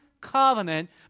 covenant